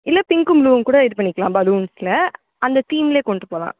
இல்லை பிங்க்கும் ப்ளூவும் கூட இது பண்ணிக்கலாம் பலூன் அந்த தீம்லே கொண்கிட்டு போகலாம்